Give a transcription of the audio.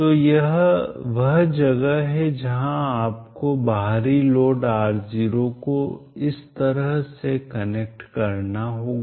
तो यह वह जगह है जहां आपको बाहरी लोड R0 को इस तरह से कनेक्ट करना होगा